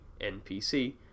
NPC